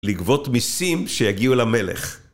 לגבות מיסים שיגיעו למלך.